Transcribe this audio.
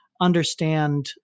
understand